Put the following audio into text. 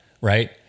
right